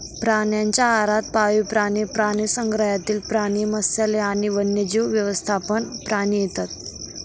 प्राण्यांच्या आहारात पाळीव प्राणी, प्राणीसंग्रहालयातील प्राणी, मत्स्यालय आणि वन्यजीव व्यवस्थापन प्राणी येतात